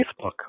Facebook